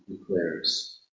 declares